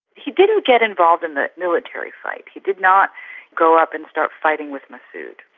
he didn't get involved in the military fight. he did not grow up and start fighting with massoud.